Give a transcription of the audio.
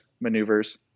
maneuvers